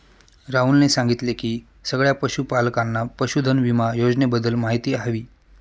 राहुलने सांगितले की सगळ्या पशूपालकांना पशुधन विमा योजनेबद्दल माहिती हवी